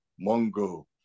mongo